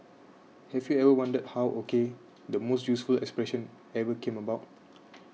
have you ever wondered how O K the most useful expression ever came about